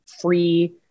free